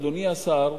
אדוני השר,